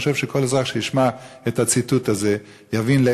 אני חושב שכל אזרח שישמע את הציטוט